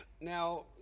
now